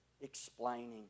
explaining